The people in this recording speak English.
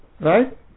Right